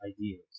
ideas